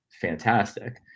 fantastic